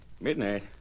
Midnight